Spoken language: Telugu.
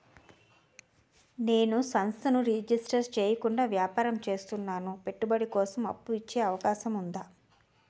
నేను సంస్థను రిజిస్టర్ చేయకుండా వ్యాపారం చేస్తున్నాను పెట్టుబడి కోసం అప్పు ఇచ్చే అవకాశం ఉందా?